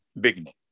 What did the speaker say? beginning